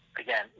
again